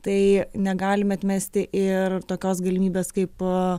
tai negalime atmesti ir tokios galimybės po